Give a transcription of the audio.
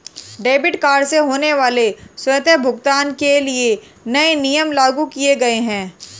debit card से होने वाले स्वतः भुगतान के लिए नए नियम लागू किये गए है